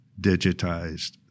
digitized